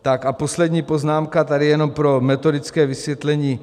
Tak a poslední poznámka, tady jenom pro metodické vysvětlení.